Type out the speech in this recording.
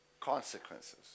consequences